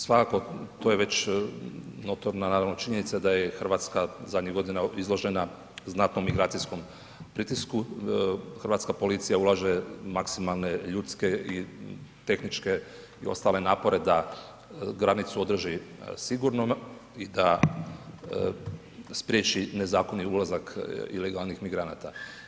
Svakako to je već notorna naravno činjenica da je RH zadnjih godina izložena znatnom migracijskom pritisku, hrvatska policija ulaže maksimalne ljudske i tehničke i ostale napore da granicu održi sigurnom i da spriječi nezakonit ulazak ilegalnih migranata.